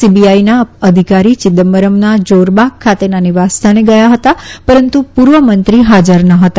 સીબીઆઈના અધિકારી ચિદમ્બરમના જારબાગ ખાતેના નિવાસ સ્થાને ગયા હતા પરંતુ પુર્વ મંત્રી હાજર ન હતા